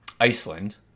iceland